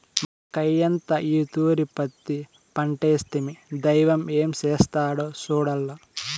మాకయ్యంతా ఈ తూరి పత్తి పంటేస్తిమి, దైవం ఏం చేస్తాడో సూడాల్ల